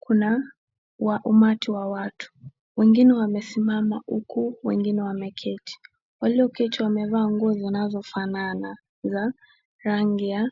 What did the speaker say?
Kuna wa umati wa watu, wengine wamesimama huku wengine wameketi. Walioketi wamevaa nguo zinazofanana za rangi ya